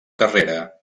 carrera